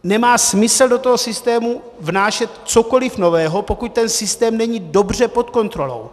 Nemá smysl do toho systému vnášet cokoliv nového, pokud ten systém není dobře pod kontrolou.